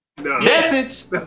Message